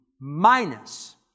minus